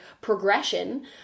progression